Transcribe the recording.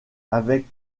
avec